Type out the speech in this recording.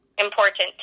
important